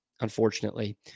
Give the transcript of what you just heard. unfortunately